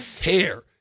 care